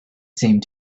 seemed